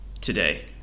today